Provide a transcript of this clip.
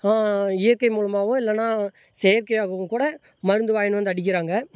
இயற்கை மூலமாகவோ இல்லைனா செயற்கையாகவும் கூட மருந்து வாங்கிகிட்டு வந்து அடிக்கிறாங்க